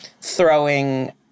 throwing